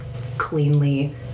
cleanly